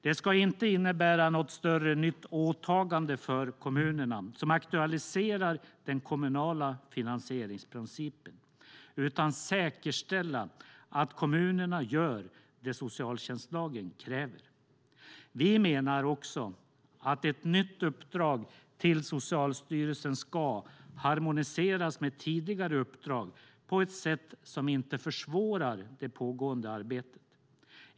Det ska inte innebära något större nytt åtagande för kommunerna som aktualiserar den kommunala finansieringsprincipen, utan det ska säkerställa att kommunerna gör det socialtjänstlagen kräver. Vi menar också att ett nytt uppdrag till Socialstyrelsen ska harmoniseras med tidigare uppdrag på ett sätt som inte försvårar det pågående arbetet.